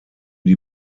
die